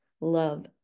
Love